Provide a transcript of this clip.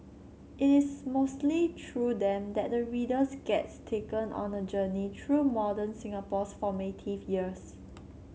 it is mostly through them that the readers gets taken on a journey through modern Singapore's formative years